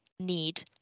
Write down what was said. need